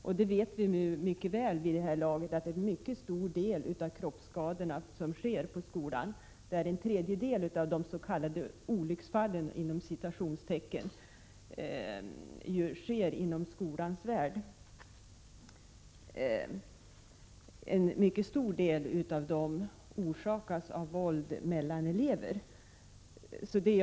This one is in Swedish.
Vid det här laget vet vi mycket väl att en mycket stor del av kroppsskadorna uppstår i skolan, en tredjedel av ”olycksfallen”. Många skador orsakas av elevernas våld mot varandra.